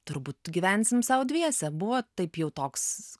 turbūt gyvensim sau dviese ir buvo taip jau toks